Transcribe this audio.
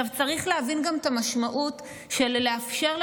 צריך להבין גם את המשמעות של האפשרות של